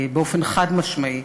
באופן חד-משמעי,